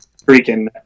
Freaking